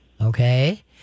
Okay